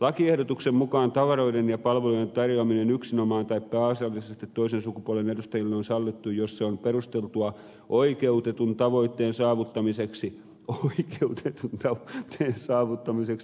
lakiehdotuksen mu kaan tavaroiden ja palvelujen tarjoaminen yksinomaan taikka pääasiallisesti toisen sukupuolen edustajille on sallittua jos se on perusteltua oikeutetun tavoitteen saavuttamiseksi oikeutetun tavoitteen saavuttamiseksi